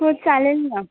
हो चालेल ना